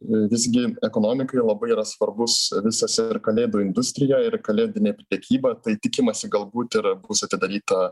visgi ekonomikai labai yra svarbus visas ir kalėdų industrijoj ir kalėdinė prekyba tai tikimasi galbūt ir bus atidaryta